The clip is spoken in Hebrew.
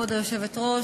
כבוד היושבת-ראש,